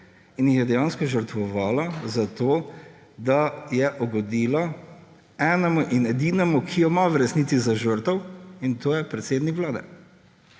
in jih je dejansko žrtvovala za to, da je ugodila enemu in edinemu, ki jo ima v resnici za žrtev, in to je predsednik Vlade.